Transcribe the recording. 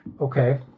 Okay